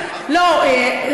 לא,